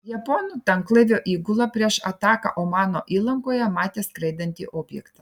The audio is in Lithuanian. japonų tanklaivio įgula prieš ataką omano įlankoje matė skraidantį objektą